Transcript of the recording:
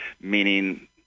meaning